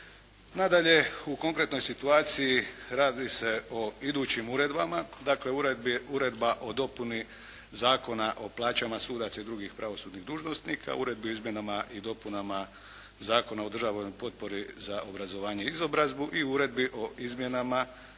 Nadalje u konkretnoj situaciji radi se o idućim uredbama. Dakle Uredba o dopuni Zakona o plaća sudaca i drugih pravosudnih dužnosnika, Uredba o izmjenama i dopunama Zakona o državnoj potpori za obrazovanje i izobrazbu i Uredbi o izmjenama